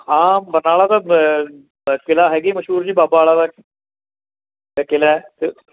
ਹਾਂ ਬਰਨਾਲਾ ਦਾ ਕਿਲ੍ਹਾ ਹੈਗੀ ਮਸ਼ਹੂਰ ਜੀ ਬਾਬਾ ਆਲਾ ਦਾ ਕਿਲ੍ਹਾ ਅਤੇ